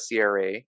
CRA